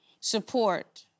support